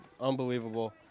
Unbelievable